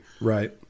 Right